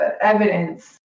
evidence